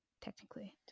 technically